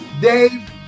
Dave